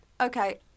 Okay